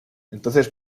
entonces